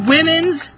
Women's